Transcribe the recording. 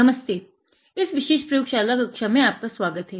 नमस्ते इस विशेष प्रयोग शाला कक्षा में आपका स्वागत है